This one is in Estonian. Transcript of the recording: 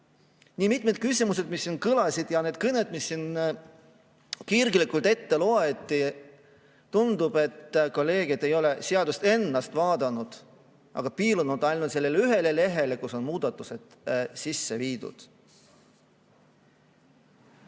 Nii mitmedki küsimused, mis siin kõlasid, ja need kõned, mida siin kirglikult ette kanti – tundub, et kolleegid ei ole seadust ennast vaadanud, nad on piilunud ainult sellele ühele lehele, kus on kirjas muudatused, mis on sisse viidud.